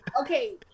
Okay